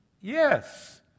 Yes